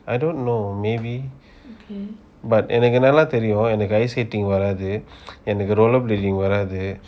I don't know maybe but என்னனு எண்ணலாம் தெரியும் என்னக்கு:ennanu ennalam teriyum ennaku ice skating வராது:varathu roller blading வராது:varathu